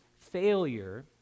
failure